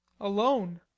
alone